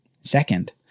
Second